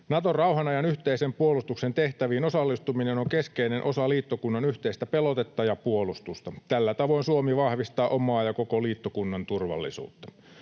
Naton rauhanajan yhteisen puolustuksen tehtäviin osallistuminen on keskeinen osa liittokunnan yhteistä pelotetta ja puolustusta. Tällä tavoin Suomi vahvistaa omaa ja koko liittokunnan turvallisuutta.